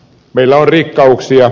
meillä on rikkauksia